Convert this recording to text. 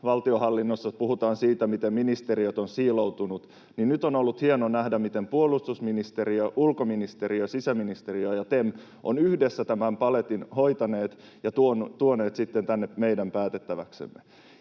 valtionhallinnossa puhutaan siitä, miten ministeriöt ovat siiloutuneet, niin kyllä tässä on nyt on ollut hieno nähdä, miten puolustusministeriö, ulkoministeriö, sisäministeriö ja TEM ovat yhdessä tämän paletin hoitaneet ja tuoneet sitten tänne meidän päätettäväksemme.